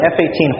F-18